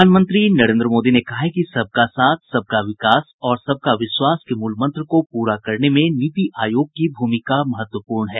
प्रधानमंत्री नरेन्द्र मोदी ने कहा है कि सबका साथ सबका विकास और सबका विश्वास के मूल मंत्र को पूरा करने में नीति आयोग की भूमिका महत्वपूर्ण है